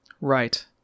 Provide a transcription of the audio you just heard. right